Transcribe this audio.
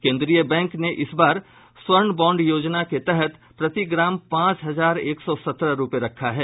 केंद्रीय बैंक ने इस बार स्वर्ण बॉन्ड योजना के तहत प्रति ग्राम पांच हजार एक सौ सत्रह रुपये रखा है